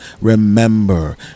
Remember